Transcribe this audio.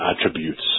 attributes